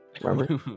Remember